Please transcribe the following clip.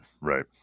Right